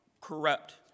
corrupt